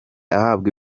ahabwa